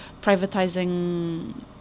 privatizing